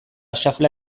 xafla